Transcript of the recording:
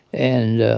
and